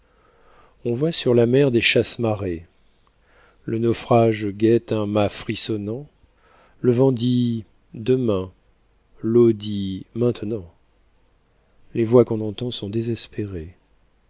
on voit sur la mer des chasse marées le naufrage guette un mât frissonnant le vent dit demain l'eau dit maintenant les voix qu'on entend sont désespérées